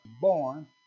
born